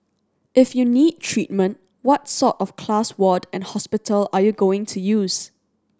if you need treatment what sort of class ward and hospital are you going to use